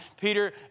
Peter